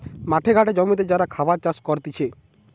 মাঠে ঘাটে জমিতে যারা খাবার চাষ করতিছে